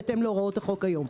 בהתאם להוראות החוק היום.